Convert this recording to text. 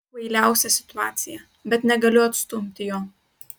kvailiausia situacija bet negaliu atstumti jo